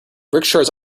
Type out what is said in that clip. rickshaws